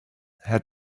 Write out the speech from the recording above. had